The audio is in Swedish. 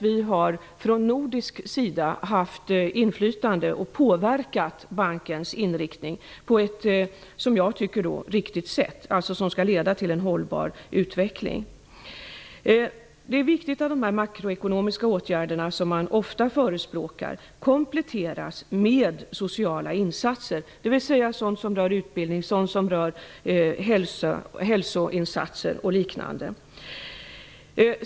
Vi har från nordisk sida haft inflytande och påverkat bankens inriktning på ett som jag tycker riktigt sätt. Inriktningen skall alltså leda till en hållbar utveckling. Det är viktigt att de makroekonomiska åtgärder som ofta förespråkas kompletteras med sociala insatser, dvs. sådant som rör utbildning, hälsa och liknande.